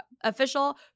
official